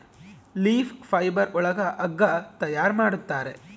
leaf fibre ಒಳಗ ಹಗ್ಗ ತಯಾರ್ ಮಾಡುತ್ತಾರೆ